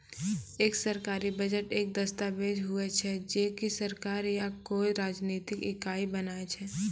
एक सरकारी बजट एक दस्ताबेज हुवै छै जे की सरकार या कोय राजनितिक इकाई बनाय छै